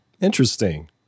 Interesting